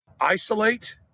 Isolate